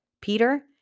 Peter